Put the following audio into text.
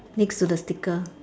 next to the sticker